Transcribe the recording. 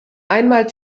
einmal